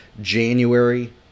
January